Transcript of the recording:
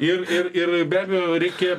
ir ir ir be abejo reikia